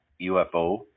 ufo